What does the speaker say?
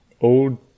old